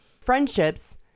friendships